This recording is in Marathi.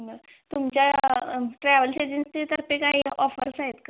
बरं तुमच्या ट्रॅव्हल्स एजन्सीतर्फे काही ऑफर्स आहेत का